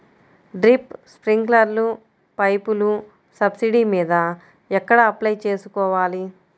Drip, స్ప్రింకర్లు పైపులు subsidy మీద ఎక్కడ అప్లై చేసుకోవాలి?